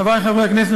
חברי חברי הכנסת,